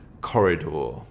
corridor